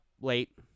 late